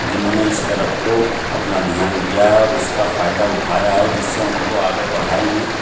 جنہوں نے اس طرف کو اپنا دھیان دیا ہے اور اس کا فائدہ اٹھایا ہے جس سے ان کو آگے پڑھائی میں